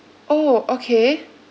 orh okay